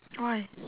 why